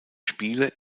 spiele